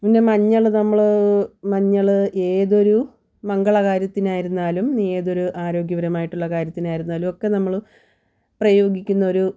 പിന്നെ മഞ്ഞൾ നമ്മൾ മഞ്ഞൾ ഏതൊരു മംഗള കാര്യത്തിനായിരുന്നാലും ഏതൊരു ആരോഗ്യപരമായിട്ടുള്ള കാര്യത്തിനായിരുന്നാലും ഒക്കെ നമ്മൾ പ്രയോഗിക്കുന്ന ഒരു